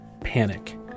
panic